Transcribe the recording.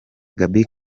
gaby